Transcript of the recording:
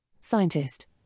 Scientist